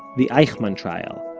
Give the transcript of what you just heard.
the eichmann trial,